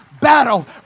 battle